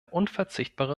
unverzichtbare